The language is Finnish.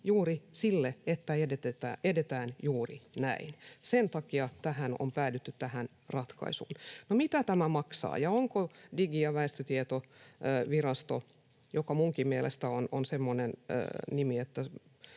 juuri sille, että edetään juuri näin. Sen takia on päädytty näihin ratkaisuihin. No mitä tämä maksaa? Tässä on Digi- ja väestötietoviraston — joka minunkin mielestäni on semmoinen nimi,